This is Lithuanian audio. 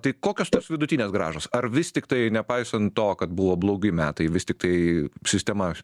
tai kokios tos vidutinės grąžos ar vis tiktai nepaisant to kad buvo blogi metai vis tiktai sistema